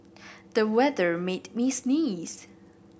the weather made me sneeze